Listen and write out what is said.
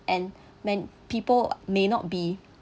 and many people may not be